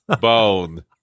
bone